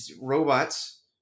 robots